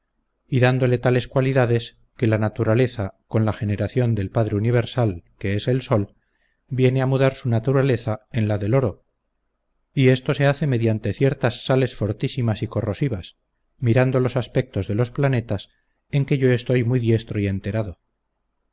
dándole tales cualidades que la naturaleza con la generación del padre universal que es el sol viene a mudar su naturaleza en la del oro y esto se hace mediante ciertas sales fortísimas y corrosivas mirando los aspectos de los planetas en que yo estoy muy diestro y enterado